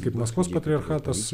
kaip maskvos patriarchatas